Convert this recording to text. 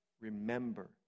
Remember